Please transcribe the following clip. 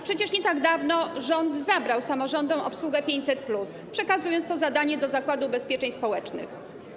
Przecież nie tak dawno rząd zabrał samorządom obsługę 500+, przekazując to zadanie Zakładowi Ubezpieczeń Społecznych.